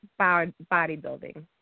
bodybuilding